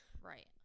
right